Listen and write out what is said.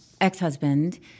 ex-husband